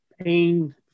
pain